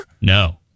No